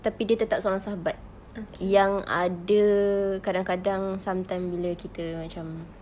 tapi dia tetap seorang sahabat yang ada kadang-kadang sometime bila kita macam